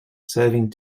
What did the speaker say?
serving